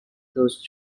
those